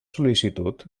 sol·licitud